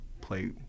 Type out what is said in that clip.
play